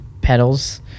pedals